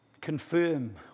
confirm